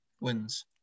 wins